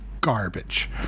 garbage